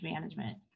management